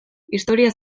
historia